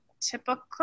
typical